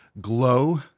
glow